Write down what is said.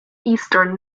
eastern